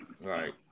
Right